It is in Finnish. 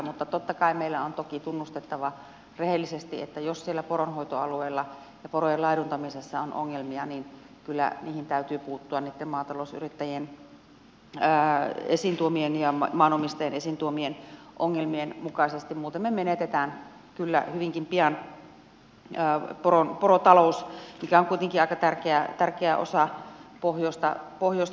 mutta totta kai meidän on toki tunnustettava rehellisesti että jos siellä poronhoitoalueella ja porojen laiduntamisessa on ongelmia niin kyllä niihin täytyy puuttua niitten maatalousyrittäjien esiintuomien ja maanomistajien esiintuomien ongelmien mukaisesti muuten me menetämme hyvinkin pian porotalouden mikä on kuitenkin aika tärkeä osa pohjoista taloutta